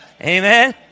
amen